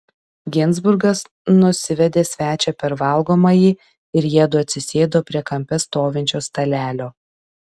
ginzburgas nusivedė svečią per valgomąjį ir jiedu atsisėdo prie kampe stovinčio stalelio